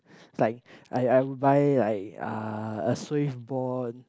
it's like I I would buy like uh a